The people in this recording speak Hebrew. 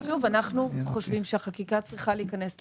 אנחנו חושבים שהחקיקה צריכה להיכנס לתוקף.